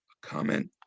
comment